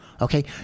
Okay